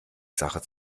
sache